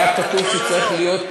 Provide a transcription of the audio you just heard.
היה כתוב שצריכה להיות